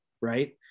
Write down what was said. right